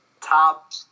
Top